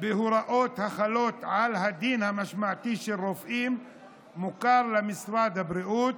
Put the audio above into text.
בהוראות החלות על הדין המשמעתי של רופאים מוכר למשרד הבריאות.